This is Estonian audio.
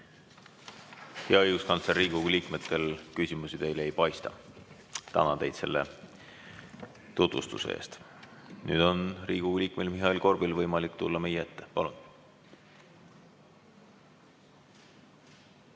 õiguskantsler, Riigikogu liikmetel küsimusi teile ei paista. Tänan teid selle tutvustuse eest. Nüüd on Riigikogu liikmel Mihhail Korbil võimalik tulla meie ette. Palun!